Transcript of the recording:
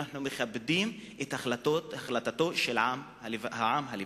אנחנו מכבדים את החלטתו של העם הלבנוני.